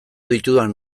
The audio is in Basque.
ditudan